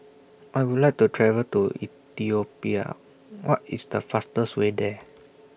I Would like to travel to Ethiopia What IS The fastest Way There